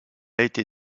été